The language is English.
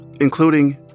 including